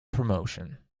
promotion